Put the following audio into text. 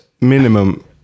minimum